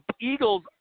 Eagles